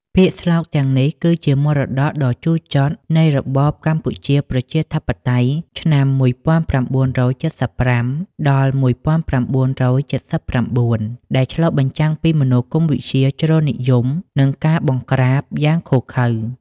ពាក្យស្លោកទាំងនេះគឺជាមរតកដ៏ជូរចត់នៃរបបកម្ពុជាប្រជាធិបតេយ្យ (ឆ្នាំ ១៩៧៥-១៩៧៩) ដែលឆ្លុះបញ្ចាំងពីមនោគមវិជ្ជាជ្រុលនិយម និងការបង្ក្រាបយ៉ាងឃោរឃៅ។